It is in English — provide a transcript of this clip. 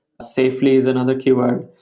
safely is another keyword.